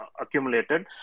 accumulated